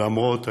למרות ההתנגדות: